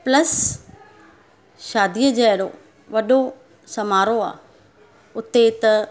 plus शादीअ जहिड़ो वॾो समारोह आहे हुते त